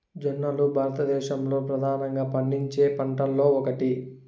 జొన్నలు భారతదేశంలో ప్రధానంగా పండించే పంటలలో ఒకటి